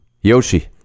Yoshi